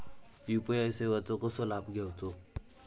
UPI सेवाचो कसो लाभ घेवचो?